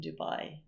Dubai